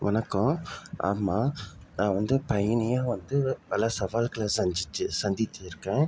வணக்கம் ஆமாம் நான் வந்து பயணியாக வந்து பல சவால்களை சந்தித்து சந்தித்திருக்கேன்